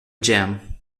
jam